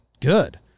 good